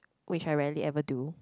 which I rarely even do